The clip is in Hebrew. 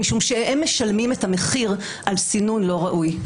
משום שהם משלמים את המחיר על סינון לא ראוי.